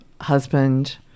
husband